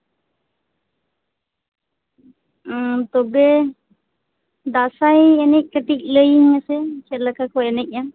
ᱛᱚᱵᱮ ᱫᱟᱸᱥᱟᱭ ᱮᱱᱮᱡ ᱠᱟᱹᱴᱤᱡ ᱞᱟᱹᱭᱤᱧ ᱢᱮᱥᱮ ᱪᱮᱫ ᱞᱮᱠᱟ ᱠᱚ ᱮᱱᱮᱡᱼᱟ